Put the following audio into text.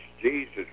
Jesus